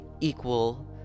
Equal